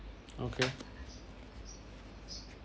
okay